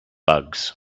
bugs